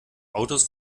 autos